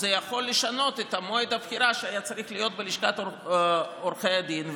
זה יכול לשנות את מועד הבחירה שהיה צריך להיות בלשכת עורכי הדין,